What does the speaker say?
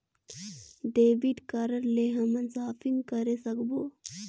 Debit card ले हमन shopping करे सकबो?